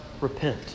repent